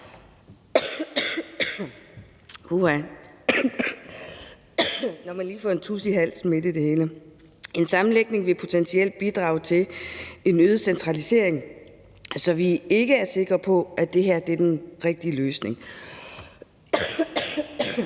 En sammenlægning vil potentielt bidrage til en øget centralisering, så vi er ikke sikre på, at det her er den rigtige løsning.